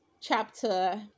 chapter